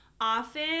Often